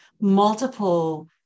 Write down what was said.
multiple